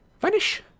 vanish